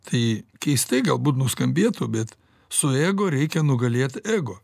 tai keistai galbūt nuskambėtų bet su ego reikia nugalėt ego